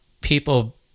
people